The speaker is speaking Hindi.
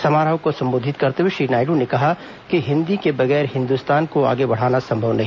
समारोह को संबोधित करते हुए श्री नायड ने कहा हिन्दी के बगैर हिघ्द्स्ध्तान को आगे बढ़ाना संभव नहीं